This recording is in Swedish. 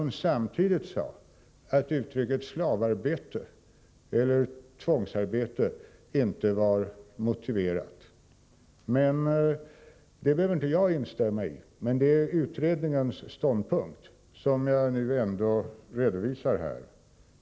Men samtidigt sade hon att uttrycken slavarbete eller tvångsarbete inte var motiverade. Det behöver inte jag instämma i. Detta är emellertid utredningens ståndpunkt, som jag nu ändå redovisar här.